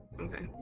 Okay